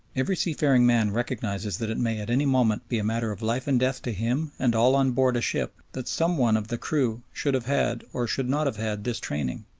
every seafaring man recognises that it may at any moment be a matter of life and death to him and all on board a ship that some one of the crew should have had, or should not have had, this training,